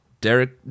Derek